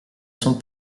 son